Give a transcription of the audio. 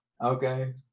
Okay